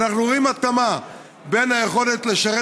אנחנו רואים התאמה בין היכולת לשרת